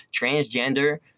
transgender